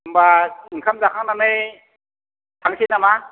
होमबा ओंखाम जाखांनानै थांसै नामा